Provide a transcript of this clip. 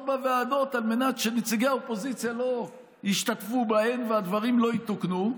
בוועדות על מנת שנציגי האופוזיציה לא ישתתפו בהן והדברים לא יתוקנו,